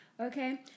Okay